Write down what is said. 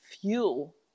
fuel